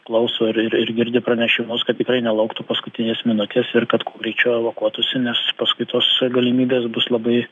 klauso ir ir girdi pranešimus kad tikrai nelauktų paskutinės minutės ir kad kuo greičiau evakuotųsi nes paskui tos galimybės bus labai